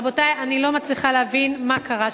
רבותי, אני לא מצליחה להבין מה קרה שם.